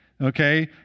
Okay